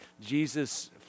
Jesus